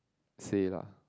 say lah